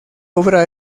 obra